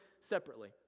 separately